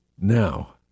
now